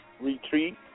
Retreat